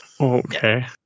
Okay